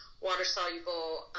water-soluble